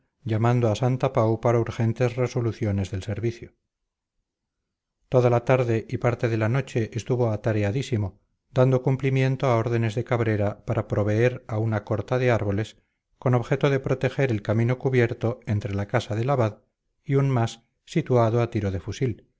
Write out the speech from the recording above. llamando a santapau para urgentes resoluciones del servicio toda la tarde y parte de la noche estuvo atareadísimo dando cumplimiento a órdenes de cabrera para proveer a una corta de árboles con objeto de proteger el camino cubierto entre la casa del abad y un mas situado a tiro de fusil